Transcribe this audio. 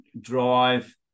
drive